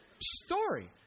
story